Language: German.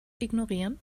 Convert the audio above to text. ignorieren